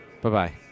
Bye-bye